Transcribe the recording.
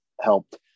helped